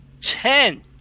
ten